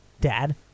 Dad